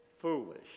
foolish